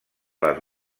les